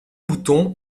bouton